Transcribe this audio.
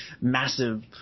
massive